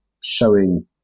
showing